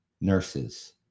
nurses